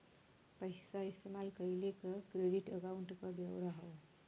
पइसा इस्तेमाल कइले क क्रेडिट अकाउंट क ब्योरा हौ